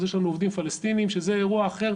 אז יש לנו עובדים פלשתינאים , שזה אירוע אחר,